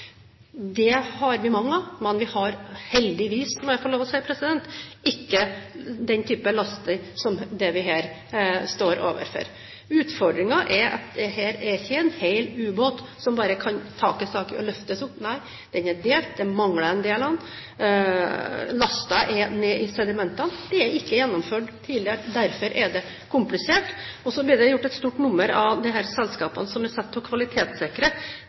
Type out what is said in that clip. Det har vi mange av, men heldigvis – må jeg få lov å si – ikke den type last som det vi her står overfor. Utfordringen er at her er det ikke en hel ubåt som bare kan tas tak i og løftes opp. Nei, den er delt, det mangler en del av den. Lasten er nede i sedimentene. Dette er ikke gjennomført tidligere. Derfor er det komplisert. Så ble det gjort et stort nummer av disse selskapene som er satt til å kvalitetssikre.